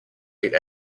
rate